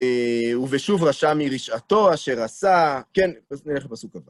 ושוב רשע מרשעתו אשר עשה, כן, נלך לפסוק הבא.